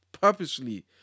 purposefully